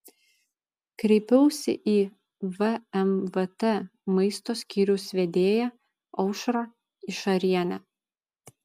kreipiausi į vmvt maisto skyriaus vedėją aušrą išarienę